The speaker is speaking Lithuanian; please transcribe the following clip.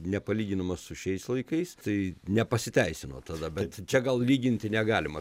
nepalyginamas su šiais laikais tai nepasiteisino tada bet čia gal lyginti negalima